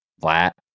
flat